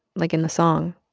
like in the song.